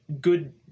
good